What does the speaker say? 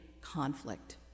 conflict